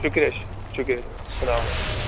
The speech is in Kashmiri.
شُکریہ شُکریہ اَلسلامُ علیکُم